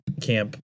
camp